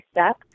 step